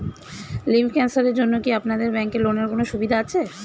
Lymph ক্যানসারের জন্য কি আপনাদের ব্যঙ্কে লোনের কোনও সুবিধা আছে?